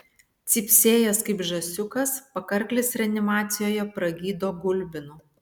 cypsėjęs kaip žąsiukas pakarklis reanimacijoje pragydo gulbinu